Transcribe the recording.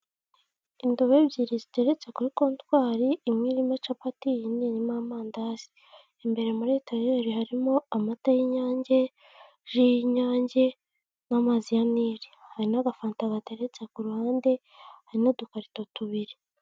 Indobo ebyiri ziteretse kuri kontwari, imwe irimo capati iyindi irimo amandazi, imbere muri etajeri i harimo amata y'Inyange, ji y'Inyange n'amazi ya Nili, hari n'agafanta gateretse ku ruhande, hari n'udukarito tubiri.